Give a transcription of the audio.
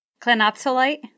clenopsolite